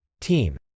team